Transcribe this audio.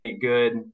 good